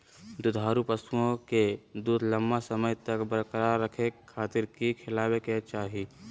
दुधारू पशुओं के दूध लंबा समय तक बरकरार रखे खातिर की खिलावे के चाही?